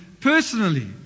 personally